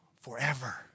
forever